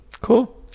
Cool